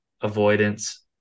avoidance